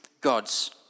God's